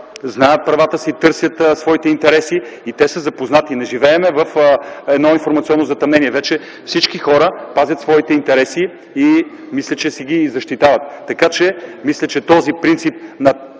знаят правата си, търсят своите интереси и те са запознати. Не живеем в едно информационно затъмнение. Вече всички хора пазят своите интереси и мисля, че си ги защитават. Така че мисля, че този принцип на